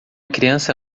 criança